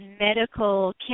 medical